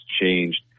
changed